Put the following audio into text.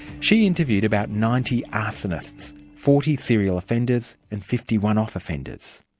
she interviewed about ninety arsonists, forty serial offenders and fifty one-off offenders.